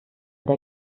der